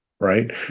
right